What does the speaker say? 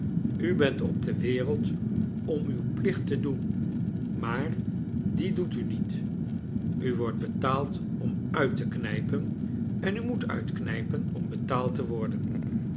u bent op de wereld om uw plicht te doen maar die doet u niet u wordt betaald om uit te knijpen en u moet uitknijpen om betaald te worden